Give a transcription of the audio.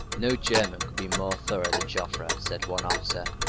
no german could be more thorough than joffre, said one officer.